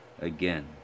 again